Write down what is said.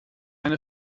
eine